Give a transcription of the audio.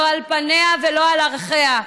לא על פניה ולא על ערכיה,